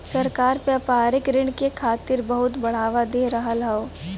सरकार व्यापारिक ऋण के खातिर बहुत बढ़ावा दे रहल हौ